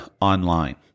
Online